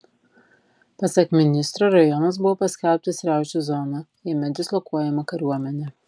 pasak ministro rajonas buvo paskelbtas riaušių zona jame dislokuojama kariuomenė